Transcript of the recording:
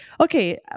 okay